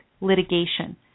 litigation